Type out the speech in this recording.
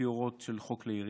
לפי הוראות של חוק כלי ירייה.